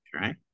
right